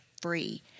free